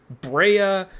Brea